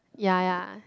ya ya